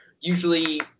Usually